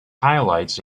highlights